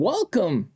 Welcome